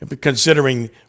considering